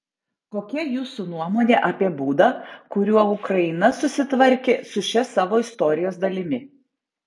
kokia jūsų nuomonė apie būdą kuriuo ukraina susitvarkė su šia savo istorijos dalimi